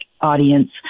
audience